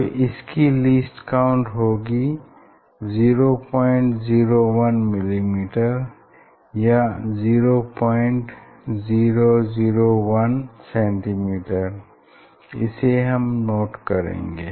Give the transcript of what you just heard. तो इसकी least count होगी 001 मिलीमीटर या 0001 सेंटीमीटर इसे हम नोट करेंगे